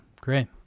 Great